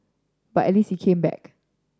but at least he came back